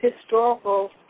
historical